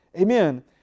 Amen